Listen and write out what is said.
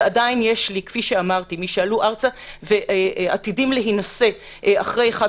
ועדיין יש את מי שעלו ארצה ועתידים להינשא אחרי חג